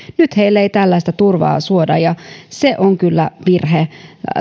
nyt heille ei tällaista turvaa suoda ja se on kyllä virhe